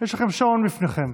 יש לכם שעון בפניכם.